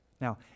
Now